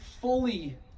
fully